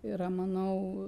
yra manau